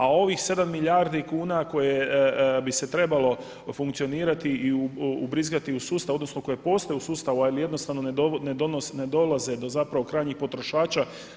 A ovih 7 milijardi kuna koje bi se trebalo funkcionirati i ubrizgati u sustav, odnosno koje postoje u sustavu ali jednostavno ne dolaze do zapravo krajnjih potrošača.